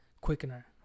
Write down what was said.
quickener